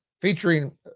featuring